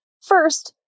First